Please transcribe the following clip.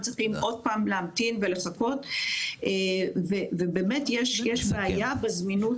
צריכים עוד פעם להמתין ולחכות ובאמת יש בעיה קשה בזמינות.